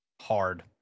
Hard